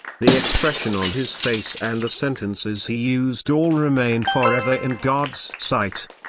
the expression on his face and the sentences he used all remain forever in god's sight.